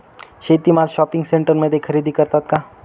शेती माल शॉपिंग सेंटरमध्ये खरेदी करतात का?